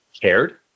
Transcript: cared